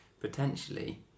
potentially